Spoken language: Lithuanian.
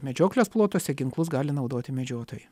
medžioklės plotuose ginklus gali naudoti medžiotojai